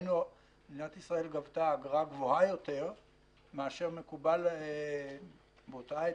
מדינת ישראל גבתה אגרה גבוהה יותר מאשר מקובל באותה עת